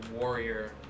warrior